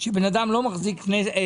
לפיה בן אדם לא מחזיק בנכס,